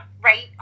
right